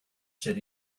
should